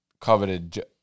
coveted